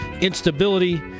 instability